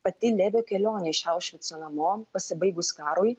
pati levi kelionė iš aušvico namo pasibaigus karui